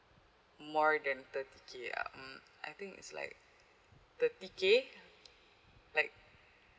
more than thirty K ah mm I think it's like thirty K like